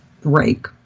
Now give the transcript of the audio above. break